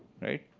right?